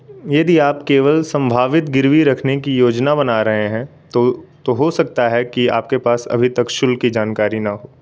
यदि आप केवल संभावित गिरवी रखने की योजना बना रहे हैं तो तो हो सकता है कि आपके पास अभी तक शुल्क की जानकारी न हो